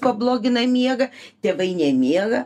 pablogina miegą tėvai nemiega